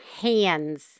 hands